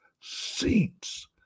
seats